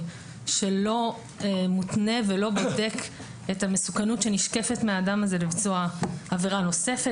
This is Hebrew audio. שלא מותנה ולא בודק את המסוכנות שנשקפת מהאדם הזה לבצע עבירה נוספת.